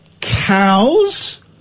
cows